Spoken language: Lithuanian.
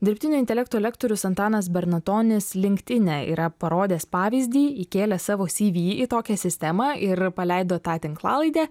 dirbtinio intelekto lektorius antanas bernatonis linktine yra parodęs pavyzdį įkėlė savo syvy į tokią sistemą ir paleido tą tinklalaidę